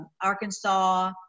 Arkansas